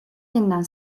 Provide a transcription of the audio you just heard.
yeniden